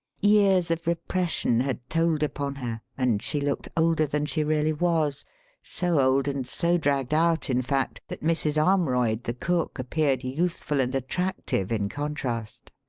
years of repression had told upon her, and she looked older than she really was so old and so dragged out, in fact, that mrs. armroyd, the cook, appeared youthful and attractive in contrast.